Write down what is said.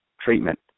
treatment